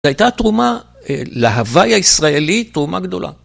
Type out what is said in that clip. זו הייתה תרומה להווי הישראלי, תרומה גדולה.